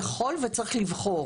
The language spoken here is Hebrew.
וצריך לבחור.